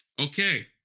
Okay